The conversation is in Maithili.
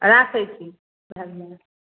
राखैत छी